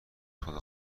خدا